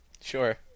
Sure